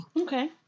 Okay